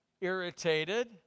irritated